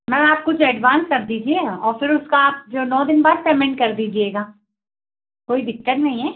ma'am आप कुछ advance कर दीजिए और फिर उसका आप जो नौ दिन बाद पेमेंट कर दीजिएगा कोई दिक्कत नहीं है